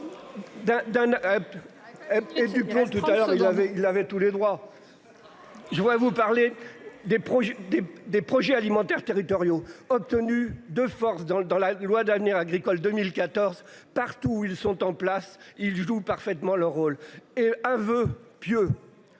Et du plan tout à l'heure il avait il avait tous les droits. Je voudrais vous parler des projets des des projets alimentaires territoriaux obtenu de force dans dans la loi d'avenir agricole 2014 partout où ils sont en place, ils jouent parfaitement le rôle est un voeu pieux.